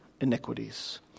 iniquities